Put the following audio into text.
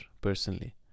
personally